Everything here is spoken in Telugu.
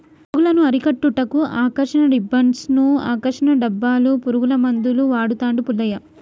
పురుగులను అరికట్టుటకు ఆకర్షణ రిబ్బన్డ్స్ను, ఆకర్షణ డబ్బాలు, పురుగుల మందులు వాడుతాండు పుల్లయ్య